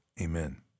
Amen